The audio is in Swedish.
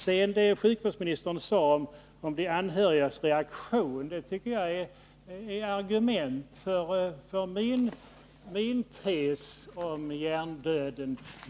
Det som sjukvårdsministern vidare sade om de anhörigas reaktion tycker jagär ett argument för min tes om hjärndöden.